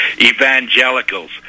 evangelicals